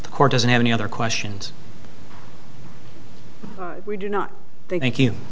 the court doesn't have any other questions we do not think